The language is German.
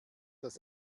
das